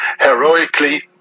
heroically